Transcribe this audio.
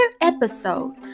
episode